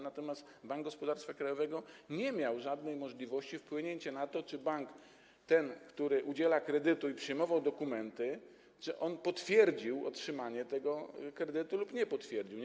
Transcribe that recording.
Natomiast Bank Gospodarstwa Krajowego nie miał żadnej możliwości wpłynięcia na to, czy bank, ten, który udziela kredytu i przyjmował dokumenty, potwierdził otrzymanie tego kredytu, czy nie potwierdził tego.